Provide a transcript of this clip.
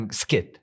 skit